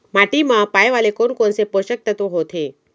माटी मा पाए वाले कोन कोन से पोसक तत्व होथे?